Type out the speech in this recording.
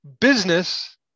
business